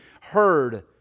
heard